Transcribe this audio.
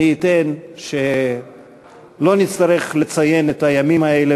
מי ייתן שלא נצטרך לציין את הימים האלה